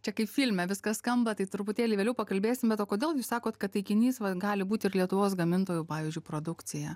čia kaip filme viskas skamba tai truputėlį vėliau pakalbėsime kodėl jūs sakot kad taikinys va gali būt ir lietuvos gamintojų pavyzdžiui produkcija